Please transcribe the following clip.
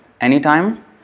anytime